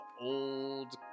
old